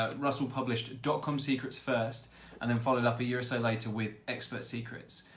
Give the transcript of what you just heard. ah russell published dotcom secrets first and then followed up a year or so later with expert secrets.